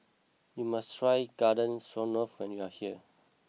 you must try Garden Stroganoff when you are here